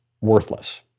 worthless